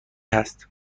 هست